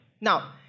Now